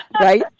right